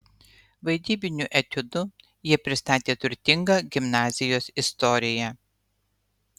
vaidybiniu etiudu jie pristatė turtingą gimnazijos istoriją